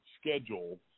schedule